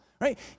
right